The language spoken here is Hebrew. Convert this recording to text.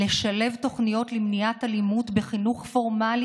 לשלב תוכניות למניעת אלימות בחינוך פורמלי